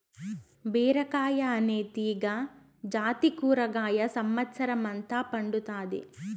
బీరకాయ అనే తీగ జాతి కూరగాయ సమత్సరం అంత పండుతాది